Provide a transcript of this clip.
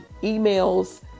emails